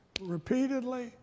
repeatedly